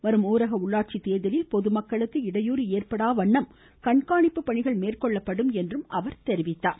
வரும் ஊரக உள்ளாட்சி தேர்தலில் பொதுமக்களுக்கு இடையுறு ஏற்படாதவண்ணம் கண்காணிப்பு பணிகள் மேற்கொள்ளப்படும் என தெரிவித்தார்